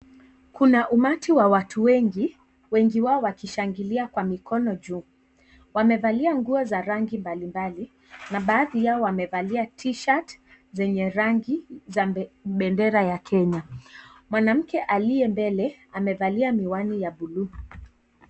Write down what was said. Kuna umati wa watu wengi, wengi wao wakishangilia kwa mikono juu wamevalia nguo za rangi mbali mbali na baadhi yao wamevalia t-shirt zenye rangi ya bendera ya Kenya mwanamke aliye mbele amevalia miwani ya Buluu.